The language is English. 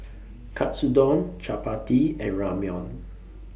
Katsudon Chapati and Ramyeon